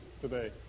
today